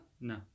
No